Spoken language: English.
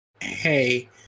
hey